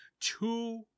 two